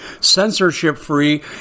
censorship-free